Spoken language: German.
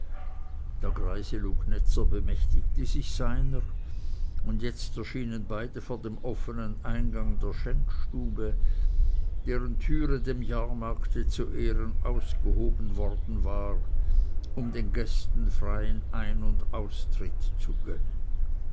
der greise lugnetzer bemächtigte sich seiner und jetzt erschienen beide vor dem offenen eingange der schenkstube deren türe dem jahrmarkte zu ehren ausgehoben worden war um den gästen freien ein und ausritt zu gönnen